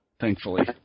thankfully